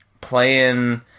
playing